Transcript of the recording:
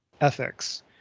ethics